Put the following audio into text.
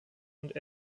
und